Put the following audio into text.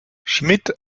schmidt